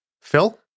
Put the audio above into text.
Phil